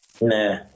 Nah